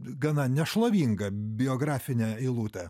gana nešlovingą biografinę eilutę